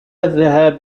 الذهاب